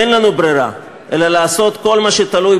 אין לנו ברירה אלא לעשות כל מה שתלוי